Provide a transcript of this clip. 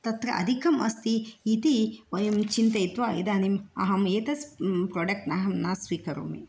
तत्र अधिकम् अस्ति इति वयं चिन्तयित्त्वा इदानीम् अहम् एतस् प्रोडक्ट् न स्वीकरोमि